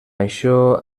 això